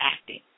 acting